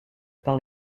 par